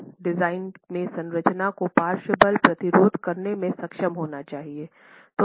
design में संरचना को पार्श्व बल प्रतिरोध करने में सक्षम होना चाहिए